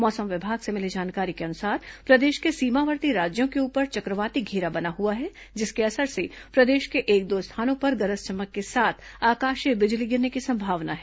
मौसम विभाग से मिली जानकारी के अनुसार प्रदेश के सीमावर्ती राज्यों के ऊपर चक्रवाती घेरा बना हुआ है जिसके असर से प्रदेश के एक दो स्थानों पर गरज चमक के साथ आकाशीय बिजली गिरने की संभावना है